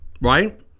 right